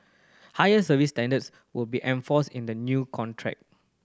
higher service standards will be enforced in the new contract